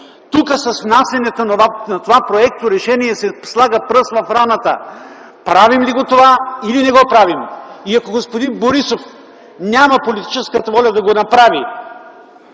Тук с внасянето на това проекторешение се слага пръст в раната – правим ли го това, или не го правим? Ако господин Борисов няма политическата воля да го направи,